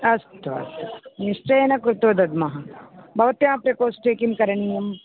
अस्तु अस्तु निश्चयेन कृत्वा दद्मः भवत्या प्रकोष्ठे किं करणीयम्